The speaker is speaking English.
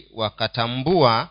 wakatambua